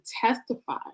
testify